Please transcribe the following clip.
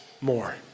more